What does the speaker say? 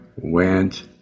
went